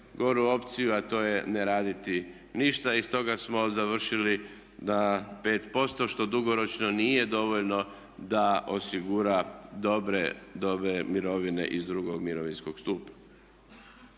najgoru opciju a to je ne raditi ništa i stoga smo završili na 5% što dugoročno nije dovoljno da osigura dobre mirovine iz drugog mirovinskog stupa.